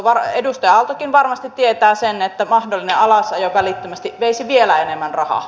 edustaja aaltokin varmasti tietää sen että mahdollinen alasajo välittömästi veisi vielä enemmän rahaa